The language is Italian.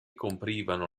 coprivano